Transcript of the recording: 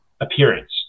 appearance